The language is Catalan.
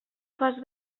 fas